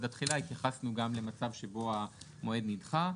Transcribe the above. התחילה התייחסנו גם למצב שבו המועד נדחה.